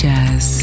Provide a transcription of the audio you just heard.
Jazz